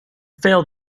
failed